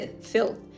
filth